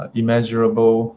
immeasurable